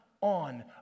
on